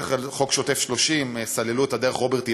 בטח על חוק "שוטף פלוס 30" סללו את הדרך רוברט אילטוב,